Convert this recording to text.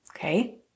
Okay